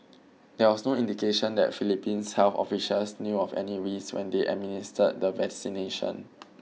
there was no indication that Philippines health officials knew of any risks when they administered the vaccination